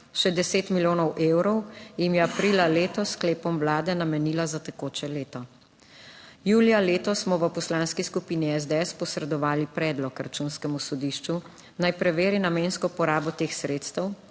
deset milijonov evrov jim je aprila letos s sklepom Vlade namenila za tekoče leto. Julija letos smo v Poslanski skupini SDS posredovali predlog Računskemu sodišču, naj preveri namensko porabo teh sredstev,